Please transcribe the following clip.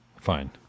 Fine